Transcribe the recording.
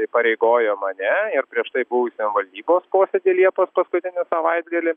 įpareigojo mane ir prieš tai buvusią valdybos posėdy liepos paskutinį savaitgalį